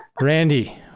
Randy